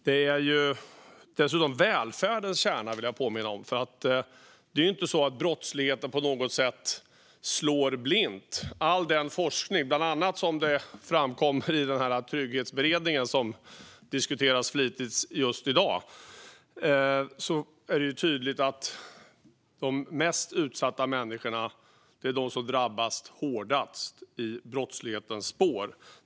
Det är dessutom välfärdens kärna, vill jag påminna om, för det är ju inte så att brottsligheten på något sätt slår blint. I all forskning - vilket bland annat framgår av Trygghetsberedningens arbete, som diskuteras flitigt just i dag - är det tydligt att de mest utsatta människorna är de som drabbas hårdast i brottslighetens spår.